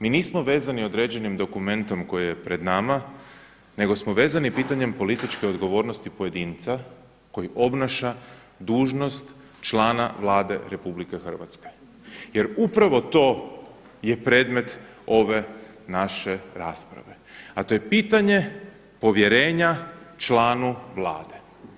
Mi nismo vezani određenim dokumentom koji je pred nama, nego smo vezani pitanjem političke odgovornosti pojedinca koji obnaša dužnost člana Vlade Republike Hrvatske, jer upravo to je predmet ove naše rasprave, a to je pitanje povjerenja članu Vlade.